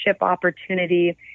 opportunity